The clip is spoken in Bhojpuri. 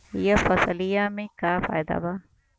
यह फसलिया में का फायदा बा?